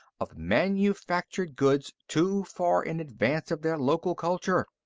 of manufactured goods too far in advance of their local culture.